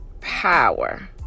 power